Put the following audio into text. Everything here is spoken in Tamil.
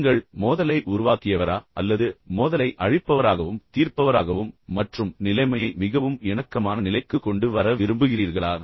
நீங்கள் மோதலை உருவாக்கியவரா அல்லது மோதலை அழிப்பவராகவும் தீர்ப்பவராகவும் மற்றும் நிலைமையை மிகவும் இணக்கமான நிலைக்கு கொண்டு வர விரும்புகிறீர்களா